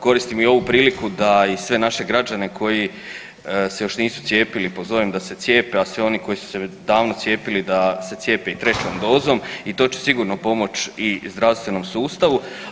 Koristim i ovu priliku da i sve naše građane koji se još nisu cijepili pozovem da se cijepe, a sve one koji su se već davno cijepili da se cijepe i trećom dozom i to će sigurno pomoć i zdravstvenom sustavu.